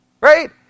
right